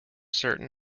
certain